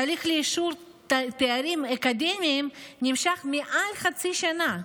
התהליך לאישור תארים אקדמיים נמשך מעל חצי שנה.